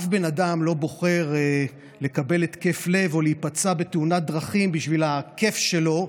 אף בן אדם לא בוחר לקבל התקף לב או להיפצע בתאונת דרכים בשביל הכיף שלו,